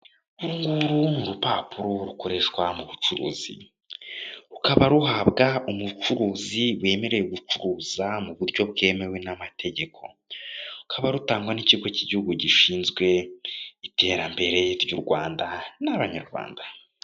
Uru nguru ni urupapuro rukoreshwa mu bucuruzi, rukaba ruhabwa umucuruzi wemerewe gucuruza mu buryo bwemewe n'amategeko, rukaba rutangwa n'ikigo k'igihugu gishinzwe iterambere ry'u Rwanda n'Abanyarwanda.